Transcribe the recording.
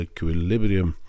Equilibrium